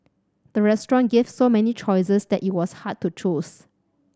the restaurant gave so many choices that it was hard to choose